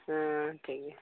ᱦᱮᱸ ᱴᱷᱤᱠ ᱜᱮᱭᱟ